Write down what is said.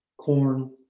corn,